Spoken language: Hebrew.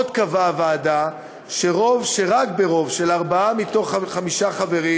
עוד קבעה הוועדה שרק ברוב של ארבעה מתוך חמישה חברים